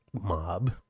mob